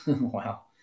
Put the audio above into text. Wow